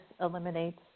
eliminates